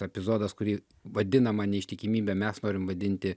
epizodas kurį vadinama neištikimybe mes norim vadinti